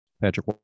Patrick